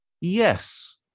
Yes